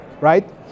right